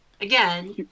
Again